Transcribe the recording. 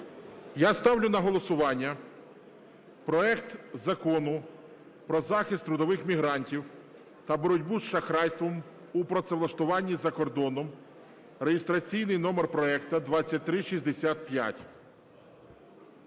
Я ставлю на голосування проект Закону про захист трудових мігрантів та боротьбу з шахрайством у працевлаштуванні за кордоном (реєстраційний номер проекту 2365).